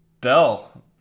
Bell